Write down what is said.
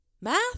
Math